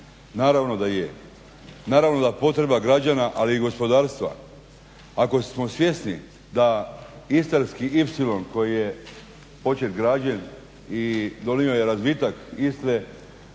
Naravno da je, naravno da je potreba građana ali i gospodarstva. Ako smo svjesni da Istarski ipsilon koji je počet građen i donio je razvitak Istre,